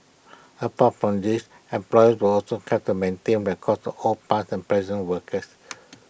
apart from these employers will also have to maintain records all past and present workers